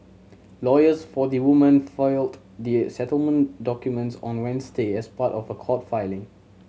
lawyers for the women filed the settlement documents on Wednesday as part of a court filing